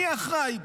אני אחראי?